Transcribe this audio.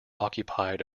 occupied